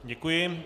Děkuji.